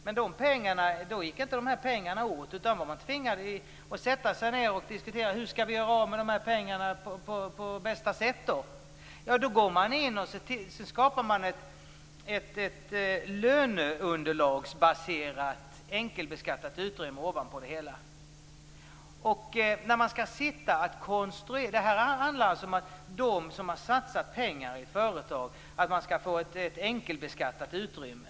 Men då gick inte de här pengarna åt, utan man var tvingad att sätta sig ned och diskutera hur man skulle göra av med dessa pengar på bästa sätt. Man skapade ett löneunderlagsbaserat enkelbeskattat utrymme ovanpå det hela. Detta handlar alltså om att de som har satsat pengar i ett företag skall få ett enkelbeskattat utrymme.